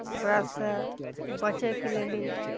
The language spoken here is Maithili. ओकरासँ बचयके लेल इ